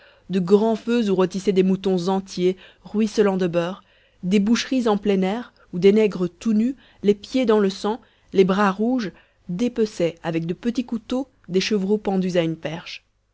de grands feux où rôtissaient des moutons entiers ruisselant de beurre des boucheries en plein air où des nègres tout nus les pieds dans le sang les bras rouges dépeçaient avec de petits couteaux des chevreaux pendus à une perche